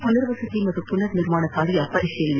ಪುನರ್ವಸತಿ ಪುನರ್ನಿರ್ಮಾಣ ಕಾರ್ಯ ಪರಿಶೀಲನೆ